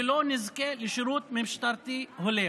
ולא נזכה לשירות משטרתי הולם.